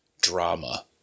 drama